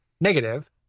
negative